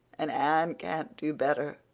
and anne can't do better.